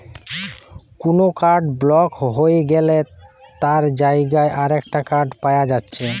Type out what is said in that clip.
কুনো card block হই গ্যালে তার জাগায় আরেকটা কার্ড পায়া যাচ্ছে